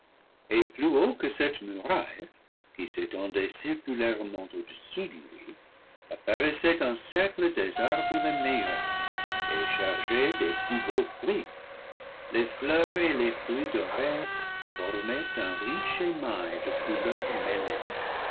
et plus haut que cette muraille qui s'étendait circulairement au-dessous de lui apparaissait un cercle des arbres les meilleurs et chargés des plus beaux fruits les fleurs et les fruits dorés formaient un riche émail de couleurs mêlées